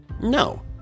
No